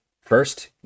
First